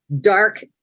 dark